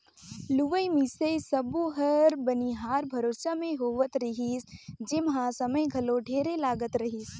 लुवई मिंसई सब्बो हर बनिहार भरोसा मे होवत रिहिस जेम्हा समय घलो ढेरे लागत रहीस